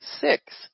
six